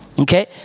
okay